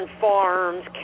farms